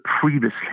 previously